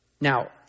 Now